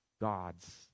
god's